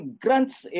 grants